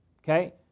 Okay